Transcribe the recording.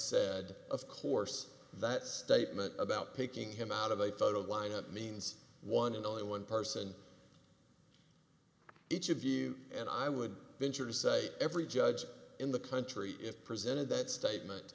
said of course that statement about picking him out of a photo lineup means one and only one person each of you and i would venture to say every judge in the country if presented that statement